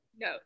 No